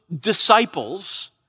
disciples